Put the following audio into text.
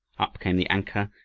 up came the anchor,